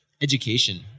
education